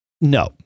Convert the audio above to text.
no